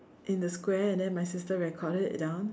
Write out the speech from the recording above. in a square and then my sister recorded it down